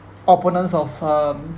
opponents of um